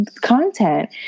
content